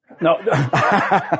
No